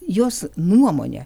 jos nuomone